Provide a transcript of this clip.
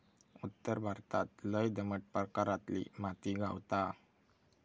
उत्तर भारतात लय दमट प्रकारातली माती गावता